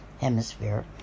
Hemisphere